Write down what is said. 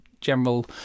general